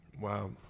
Wow